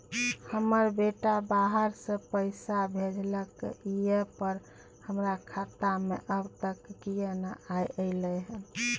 हमर बेटा बाहर से पैसा भेजलक एय पर हमरा खाता में अब तक किये नाय ऐल है?